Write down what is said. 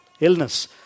illness